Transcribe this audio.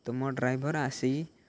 ତୁମ ଡ୍ରାଇଭର୍ ଆସିି